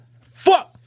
fuck